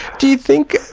do you think,